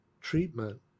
treatment